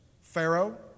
Pharaoh